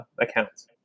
accounts